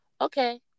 Okay